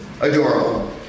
Adorable